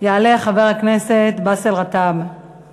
יעלה חבר הכנסת באסל גטאס.